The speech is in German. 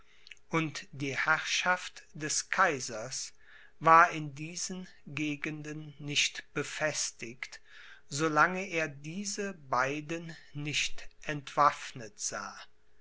und die herrschaft des kaisers war in diesen gegenden nicht befestigt so lange er diese beiden nicht entwaffnet sah